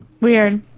Weird